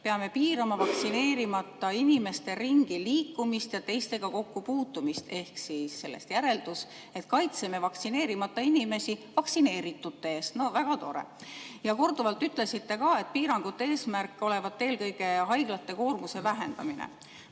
peame piirama vaktsineerimata inimeste ringiliikumist ja teistega kokkupuutumist. Ehk sellest järeldus, et kaitseme vaktsineerimata inimesi vaktsineeritute eest. No väga tore! Korduvalt ütlesite ka, et piirangute eesmärk olevat eelkõige haiglate koormuse vähendamine.